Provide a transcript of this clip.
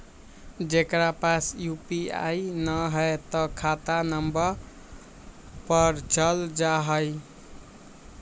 जेकरा पास यू.पी.आई न है त खाता नं पर चल जाह ई?